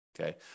okay